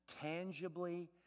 tangibly